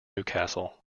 newcastle